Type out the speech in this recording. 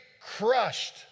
crushed